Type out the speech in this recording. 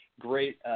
great –